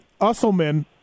Usselman